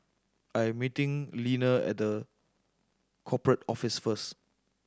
I am meeting Leaner at The Corporate Office first